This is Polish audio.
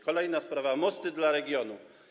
Kolejna sprawa to „Mosty dla regionów”